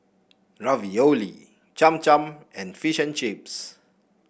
Ravioli Cham Cham and Fish and Chips